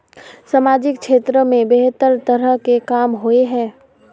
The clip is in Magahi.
सामाजिक क्षेत्र में बेहतर तरह के काम होय है?